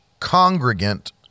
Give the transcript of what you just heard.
congregant